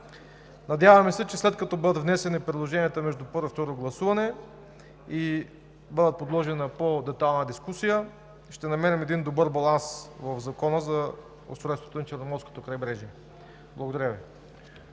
Надяваме се, че след като бъдат внесени предложенията между първо и второ гласуване и бъдат подложени на по-детайлна дискусия, ще намерим добър баланс в Закона за устройството на Черноморското крайбрежие. Благодаря Ви.